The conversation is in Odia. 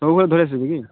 ସବୁ ଫୁଲ ଧରି ଆସିବି କି